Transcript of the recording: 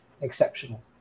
exceptional